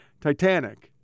Titanic